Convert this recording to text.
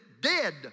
dead